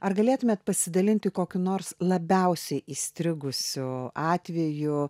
ar galėtumėt pasidalinti kokiu nors labiausiai įstrigusiu atveju